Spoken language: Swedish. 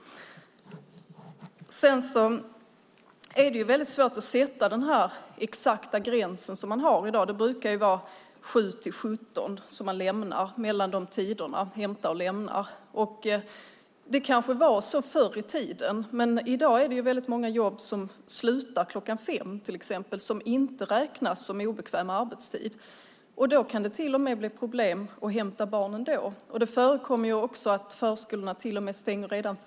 Det är svårt att sätta en exakt gräns. Öppettiderna brukar vara 7-17. De tiderna kanske gällde förr i tiden. I dag är det dock många jobb som slutar kl. 17, och det räknas inte som obekväm arbetstid. Då kan det bli problem att hämta barnen. Det förekommer även att förskolor stänger redan kl.